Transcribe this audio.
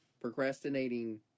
procrastinating